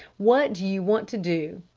what do you want to do?